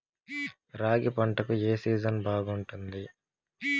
రాగి పంటకు, ఏ సీజన్ బాగుంటుంది?